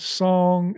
song